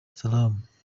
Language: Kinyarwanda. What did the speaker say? salama